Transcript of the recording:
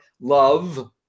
love